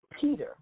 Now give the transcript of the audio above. Peter